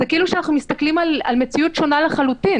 זה כאילו אנחנו מסתכלים על מציאות שונה לחלוטין,